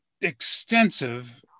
extensive